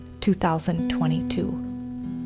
2022